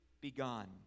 begun